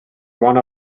one